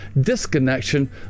disconnection